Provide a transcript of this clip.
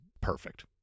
perfect